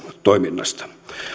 toiminnasta